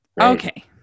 okay